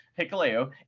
Hikaleo